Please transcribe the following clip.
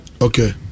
Okay